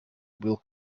will